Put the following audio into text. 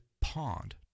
pond